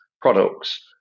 products